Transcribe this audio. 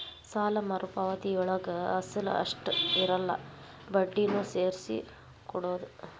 ಸಾಲ ಮರುಪಾವತಿಯೊಳಗ ಅಸಲ ಅಷ್ಟ ಇರಲ್ಲ ಬಡ್ಡಿನೂ ಸೇರ್ಸಿ ಕೊಡೋದ್